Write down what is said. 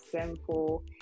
simple